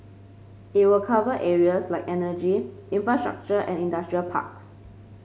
it will cover areas like energy infrastructure and industrial parks